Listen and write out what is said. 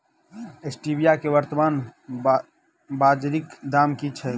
Stevia केँ वर्तमान बाजारीक दाम की छैक?